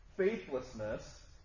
faithlessness